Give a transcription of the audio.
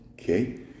Okay